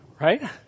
Right